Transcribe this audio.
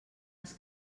els